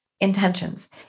Intentions